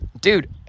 dude